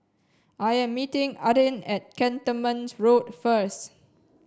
I am meeting Adin at Cantonment Road first